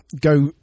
go